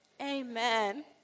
amen